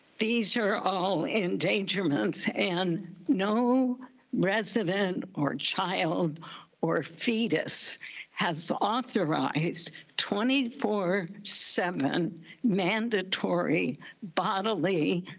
these are all endangerments and no resident or child or fetus has authorized twenty four seven mandatory bodily.